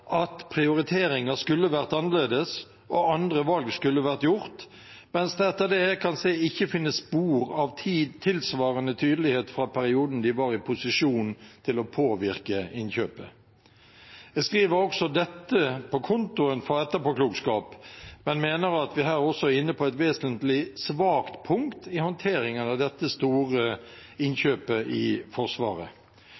at prioriteringer skulle vært annerledes og andre valg skulle vært gjort, mens det etter det jeg kan se, ikke finnes spor av tilsvarende tydelighet fra perioden de var i posisjon til å påvirke innkjøpet. Jeg skriver også dette på kontoen for etterpåklokskap, men mener at vi her også er inne på et vesentlig svakt punkt i håndteringen av dette